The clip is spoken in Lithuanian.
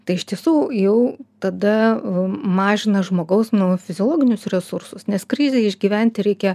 tai iš tiesų jau tada mažina žmogaus fiziologinius resursus nes krizei išgyventi reikia